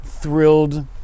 thrilled